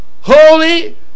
Holy